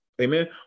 Amen